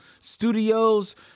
Studios